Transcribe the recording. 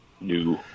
new